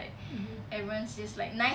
mmhmm